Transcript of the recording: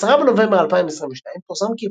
ב-10 בנובמבר,2022 פורסם כי